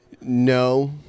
no